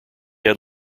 had